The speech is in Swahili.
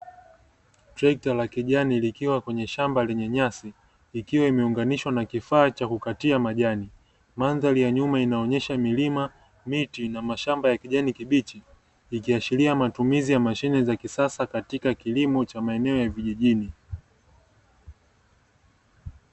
Trekta la kijani likiwa kwenye shamba lenye nyasi, likiwa limeunganishwa na kifaa cha kukatia majani. Mandhari ya nyuma inaonyesha milima, miti na Mashamba ya kijani kibichi. Ikiashiria matumizi ya mashine za kisasa katika kilimo cha maeneo ya vijijini.